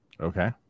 Okay